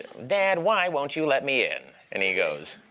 dad, why won't you let me in? and he goes,